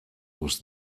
was